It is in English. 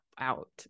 out